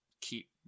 keep